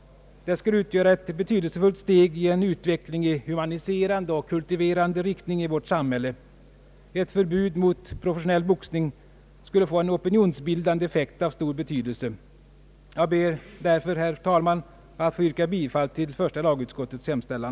Det skulle utgöra ett betydelsefullt steg i en utveckling i humaniserande och kultiverande riktning i vårt samhälle. Ett förbud mot professionell boxning skulle få en opinionsbildande effekt av stor betydelse. Jag ber därför, herr talman, att få yrka bifall till första lagutskottets hemställan.